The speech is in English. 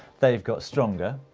they've got stronger,